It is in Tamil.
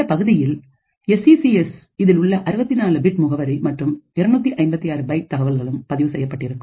இந்தப் பகுதியில் எஸ் இ சி எஸ் இதில் உள்ள 64 பிட் முகவரி மற்றும் 256 பைட் தகவல்களும் பதிவு செய்யப்பட்டிருக்கும்